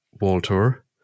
Walter